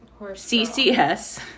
CCS